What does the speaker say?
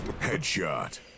Headshot